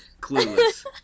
clueless